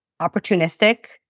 opportunistic